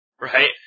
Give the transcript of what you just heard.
right